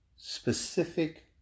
specific